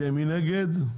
מי נגד?